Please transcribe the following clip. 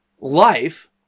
Life